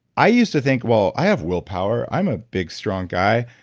i used to think, well, i have willpower, i'm a big strong guy.